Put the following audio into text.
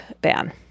ban